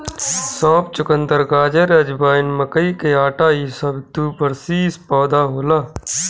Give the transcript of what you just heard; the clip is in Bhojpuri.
सौंफ, चुकंदर, गाजर, अजवाइन, मकई के आटा इ सब द्विवर्षी पौधा होला